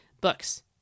books